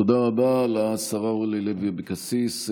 תודה רבה לשרה אורלי לוי אבקסיס.